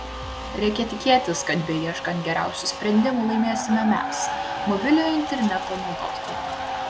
reikia tikėtis kad beieškant geriausių sprendimų laimėsime mes mobiliojo interneto naudotojai